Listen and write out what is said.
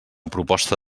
proposta